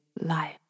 life